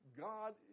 God